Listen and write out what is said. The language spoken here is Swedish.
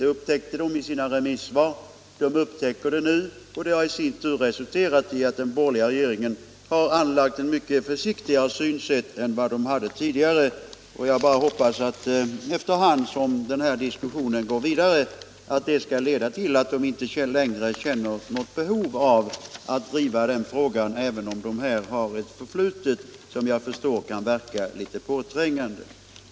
De upptäckte det i sina remissvar, de upptäcker det nu, och det har i sin tur resulterat i att den borgerliga regeringen har anlagt ett mycket försiktigare synsätt än vad den hade tidigare. Jag bara hoppas att det, efter hand som den här diskussionen går vidare, skall leda till att regeringen inte längre känner något behov av att driva den frågan, även om den har ett förflutet som jag förstår kan verka litet påträngande.